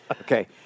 okay